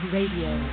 Radio